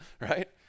right